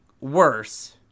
worse